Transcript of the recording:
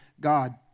God